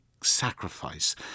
sacrifice